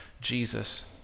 Jesus